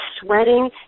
sweating